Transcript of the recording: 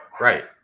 Right